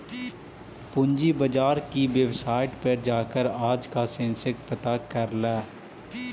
पूंजी बाजार की वेबसाईट पर जाकर आज का सेंसेक्स पता कर ल